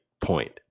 point